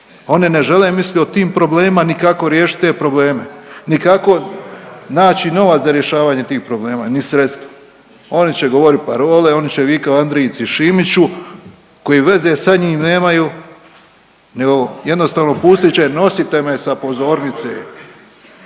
Oni ne žele misliti o tim problemima ni kako riješiti te probleme. Ni kako naći novac za rješavanje tih problema ni sredstva. Oni će govoriti parole, oni će vikati Andrijici Šimiću, koji veze sa njim nemaju nego jednostavno pustit će, nosite me sa pozornice.